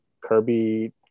Kirby